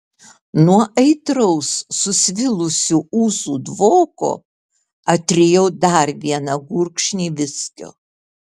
nuo aitraus susvilusių ūsų dvoko atrijau dar vieną gurkšnį viskio